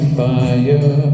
fire